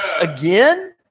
again